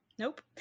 Nope